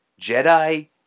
Jedi